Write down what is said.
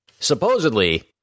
Supposedly